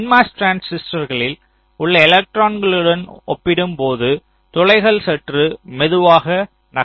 nMOS டிரான்சிஸ்டர்களில் உள்ள எலக்ட்ரான்களுடன் ஒப்பிடும்போது துளைகள் சற்று மெதுவாக நகரும்